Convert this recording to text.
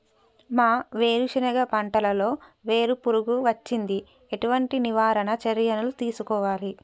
మా వేరుశెనగ పంటలలో వేరు పురుగు వచ్చింది? ఎటువంటి నివారణ చర్యలు తీసుకోవాలే?